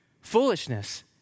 foolishness